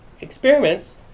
experiments